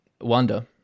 wonder